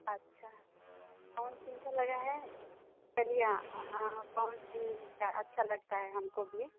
अच्छा पवन सिंह का लगा है चलिए हाँ पवन सिंह का अच्छा लगता है हमको भी